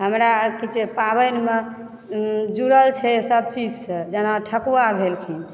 हमरा कि छै पाबनिमे जुड़ल छै सभ चीजसँ जेना ठकुआ भेलखिन